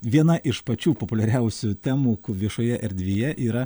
viena iš pačių populiariausių temų ku viešoje erdvėje yra